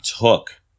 took